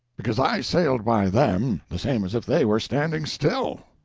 because i sailed by them the same as if they were standing still.